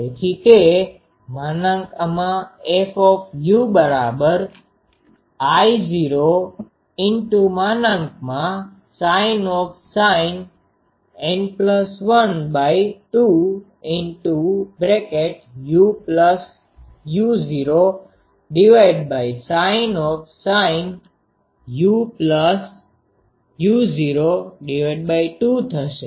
તેથી તે FI૦sin N12 uu૦ sin uu૦2 થશે